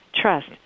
trust